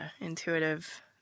intuitive